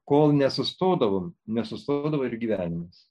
kol nesustodavom nesustodavo ir gyvenimas